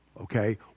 okay